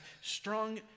strong